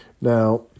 Now